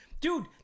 dude